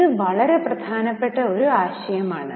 ഇത് വളരെ പ്രധാനപ്പെട്ട ഒരു ആശയമാണ്